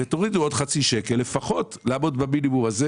ותורידו עוד חצי שקל, לפחות לעמוד במינימום הזה.